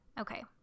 Okay